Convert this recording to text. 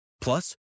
Plus